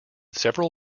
several